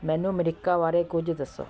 ਮੈਨੂੰ ਅਮਰੀਕਾ ਬਾਰੇ ਕੁਝ ਦੱਸੋ